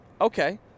Okay